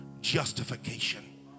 justification